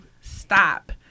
stop